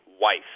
wife